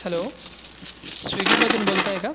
hello स्विगीमधून बोलताय का